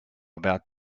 about